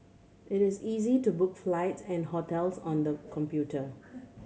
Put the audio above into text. it is easy to book flights and hotels on the computer